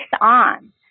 on